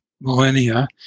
millennia